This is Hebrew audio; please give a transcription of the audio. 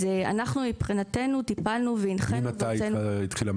אז אנחנו מבחינתנו טיפלנו והנחינו --- ממתי זה התחיל?